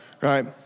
right